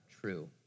true